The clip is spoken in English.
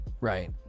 right